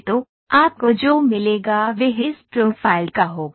तो आपको जो मिलेगा वह इस प्रोफ़ाइल का होगा